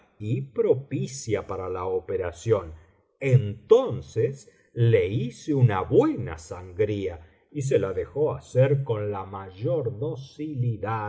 y propicia para la operación entonces le hice una buena sangría y se la dejó hacer con la mayor docilidad